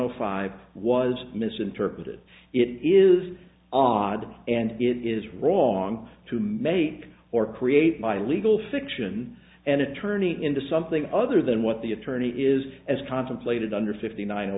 o five was misinterpreted it is odd and it is wrong to make or create my legal fiction and it turning into something other than what the attorney is as contemplated under fifty nine